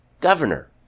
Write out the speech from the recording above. governor